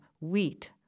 wheat